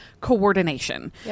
Coordination